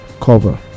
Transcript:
cover